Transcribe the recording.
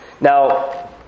now